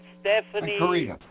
Stephanie